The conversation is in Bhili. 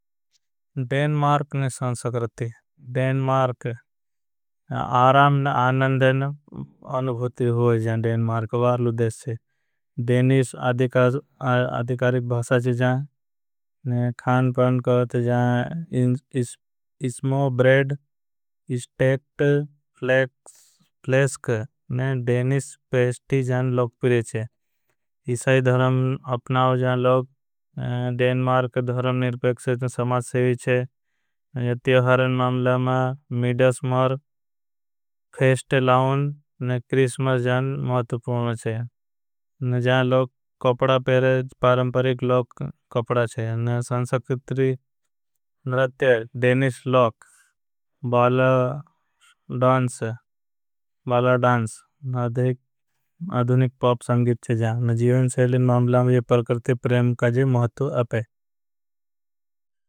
डेनमार्क ने संस्कृति डेनमार्क आराम न आनन्दन अनुभूति। हुआ जाएं वारलु देश जाएं आदिकारिक। भासा जाएं खान पान करते जाएं इसमो। ब्रेड इस्टेक्ट फ्लेश्क डेनिश पेस्टी जाएं। लोग पिरेचें इशाई धर्म अपनाव जाएं लोग डेन्मार्क धर्म निर्पेक्सेच। न समाध सेवी चें मामला मामला मीडियास मार्क फेस्ट लाउन। न क्रिस्मस जाएं महतुपूर्ण चें लोग कपड़ा पेरेच पारंपरिक लोग। कपड़ा चें संसक्रित्री नरत्य डेनिष लोग बाला डांस। न अधुनिक पाप संगीच चें सेलिन मामला में परकर्ति प्रेम कजी महतू अपे।